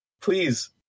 please